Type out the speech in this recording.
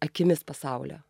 akimis pasaulio